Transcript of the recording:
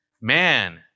Man